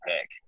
pick